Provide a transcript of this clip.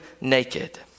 naked